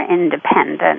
independent